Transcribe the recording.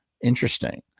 Interesting